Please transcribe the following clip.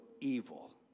evil